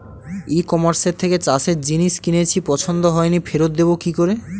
ই কমার্সের থেকে চাষের জিনিস কিনেছি পছন্দ হয়নি ফেরত দেব কী করে?